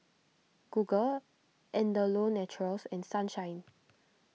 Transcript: Google Andalou Naturals and Sunshine